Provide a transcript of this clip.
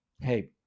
hey